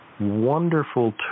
wonderful